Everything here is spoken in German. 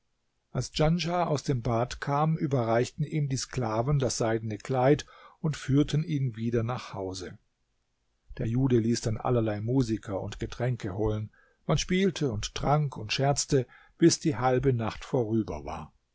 als djanschah aus dem bad kam überreichten ihm die sklaven das seidene kleid und führten ihn wieder nach hause der jude ließ dann allerlei musiker und getränke holen man spielte und trank und scherzte bis die halbe nacht vorüber war